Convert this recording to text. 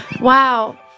Wow